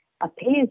appears